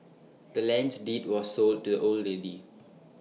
the land's deed was sold to the old lady